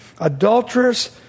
Adulterers